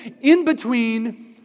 in-between